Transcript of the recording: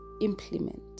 implement